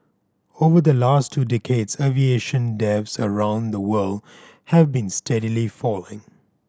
over the last two decades aviation deaths around the world have been steadily falling